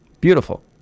Beautiful